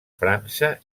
frança